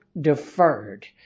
deferred